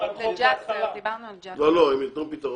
יתנו פתרון.